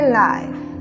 life